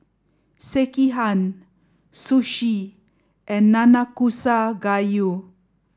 Sekihan Sushi and Nanakusa Gayu